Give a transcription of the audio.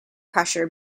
pressure